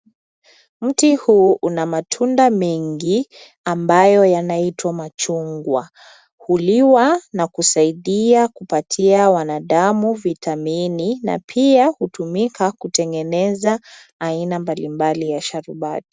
Mti huu una matunda mengi ambayo yanaitwa machungwa. Huliwa na kusaidia kupatia wanadamu vitamini na pia hutumika kutengeneza aina mbalimbali ya sharubati.